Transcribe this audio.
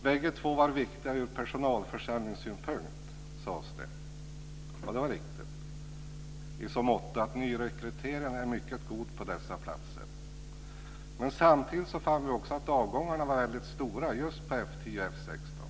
Bägge två var viktiga hur personalförsörjningssynpunkt, sades det. Och det var riktigt i så motto att nyrekryteringen är mycket god på dessa platser. Samtidigt fann vi att avgångarna var väldigt stora just på F 10 och F 16.